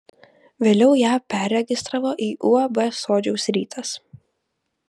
vėliau ją perregistravo į uab sodžiaus rytas